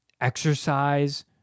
exercise